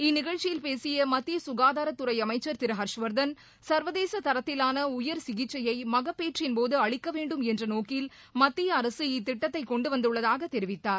இந்நிகழ்ச்சியில் பேசிய மத்திய சுகாதாரத்துறை அமைச்சர் திரு ஹர்ஷ்வர்தன் சர்வதேச தரத்திலான உயர்சிகிச்சையை மகபேற்றின்போது அளிக்கவேண்டும் என்ற நோக்கில் மத்திய அரசு இத்திட்டத்தை கொண்டுவந்துள்ளதாக தெரிவித்தார்